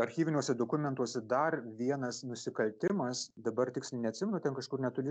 archyviniuose dokumentuose dar vienas nusikaltimas dabar tiksliai neatsimenu ten kažkur netoli